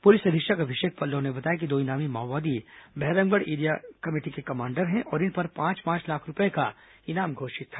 police अधीक्षक अभिषेक पल्लव ने बताया कि दो इनामी माओवादी भैरमगढ़ एरिया कमेटी के कमांडर हैं और इन पर पांच पांच लाख रूपये का इनाम घोषित था